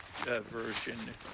version